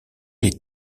les